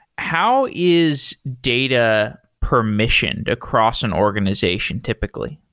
how is data permissioned across an organization typically?